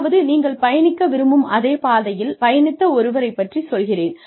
அதாவது நீங்கள் பயணிக்க விரும்பும் அதே பாதையில் பயணித்த ஒருவரை பற்றிச் சொல்கிறேன்